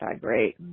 great